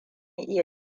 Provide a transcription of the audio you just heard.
iya